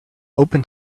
open